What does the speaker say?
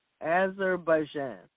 Azerbaijan